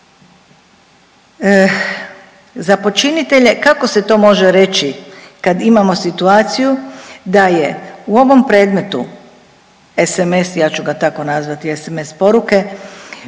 Za počinitelje kako se to može reći kad imamo situaciju da je u ovom predmetu SMS ja ću ga tako nazvati, SMS poruke